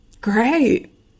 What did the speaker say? Great